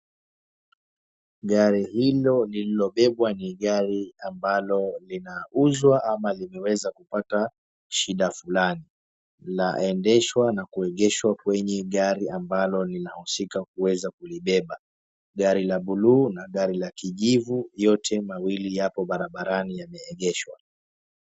Gari lilo lililobebwa ni gari ambalo linauzwa au limeweza kupata shida fulani. Linaendeshwa na kuegeshwa kwenye gari ambalo linahusika kuweza kulibeba. Gari la blu na gari la kijivu yote mawili yapo barabarani yameegeshwa.